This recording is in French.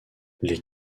les